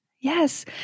Yes